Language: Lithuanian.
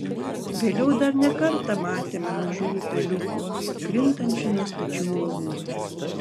vėliau dar ne kartą matėme mažų upeliukų krintančių nuo stačių uolų